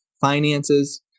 finances